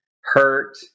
hurt